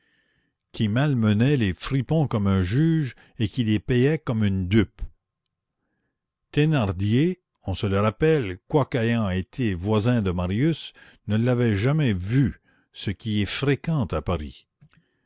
qui malmenait les fripons comme un juge et qui les payait comme une dupe thénardier on se le rappelle quoique ayant été voisin de marius ne l'avait jamais vu ce qui est fréquent à paris